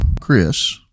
Chris